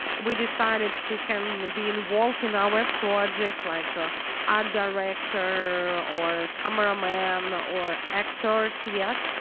we decided who can be involved in our project, like ah our director or camera man or actors. yes.